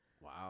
Wow